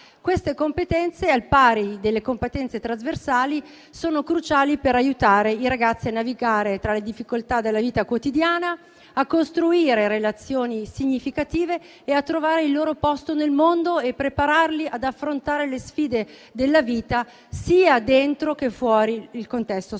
queste competenze, al pari delle competenze trasversali, sono cruciali per aiutare i ragazzi a navigare tra le difficoltà della vita quotidiana, a costruire relazioni significative, a trovare il loro posto nel mondo e prepararli ad affrontare le sfide della vita sia dentro, che fuori il contesto scolastico.